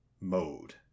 mode